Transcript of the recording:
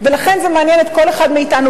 ולכן זה מעניין את כל אחד מאתנו,